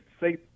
say